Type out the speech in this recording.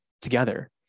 together